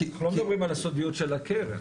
אנחנו לא מדברים על הסודיות של הקרן.